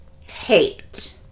hate